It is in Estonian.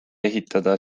ehitada